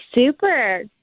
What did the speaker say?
super